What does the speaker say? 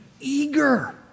eager